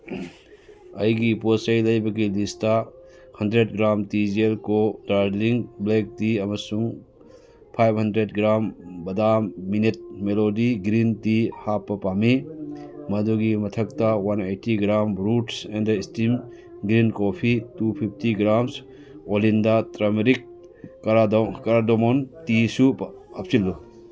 ꯑꯩꯒꯤ ꯄꯣꯠ ꯆꯩ ꯂꯩꯕꯒꯤ list hundred gram T G L co Darjeeling black tea ꯑꯃꯁꯨꯡ ꯐꯥꯏꯚ ꯍꯟꯗ꯭ꯔꯦꯠ ꯒ꯭ꯔꯥꯝ ꯕꯗꯥꯝ ꯃꯤꯅꯤꯠ ꯃꯤꯂꯣꯗꯤ ꯒ꯭ꯔꯤꯟ ꯇꯤ ꯍꯥꯞꯄ ꯄꯥꯝꯃꯤ ꯃꯗꯨꯒꯤ ꯃꯊꯛꯇ one eighty gram roots and steam green coffee two fifty grams ꯑꯣꯂꯤꯟꯗꯥ ꯇꯔꯃꯔꯤꯛ ꯀꯥꯔꯗꯥꯃꯣꯟ ꯇꯤꯁꯨ ꯍꯥꯞꯆꯤꯜꯂꯨ